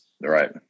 Right